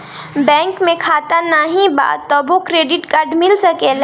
Bank में खाता नाही बा तबो क्रेडिट कार्ड मिल सकेला?